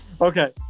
Okay